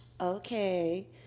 okay